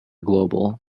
global